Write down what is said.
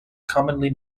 commonly